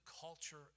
culture